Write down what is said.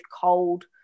cold